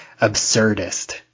absurdist